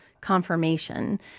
confirmation